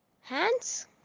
Hands